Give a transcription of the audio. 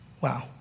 Wow